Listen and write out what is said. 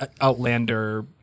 Outlander